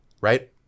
right